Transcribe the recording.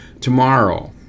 tomorrow